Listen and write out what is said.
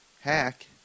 hack